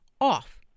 off